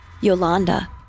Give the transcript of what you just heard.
Yolanda